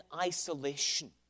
isolation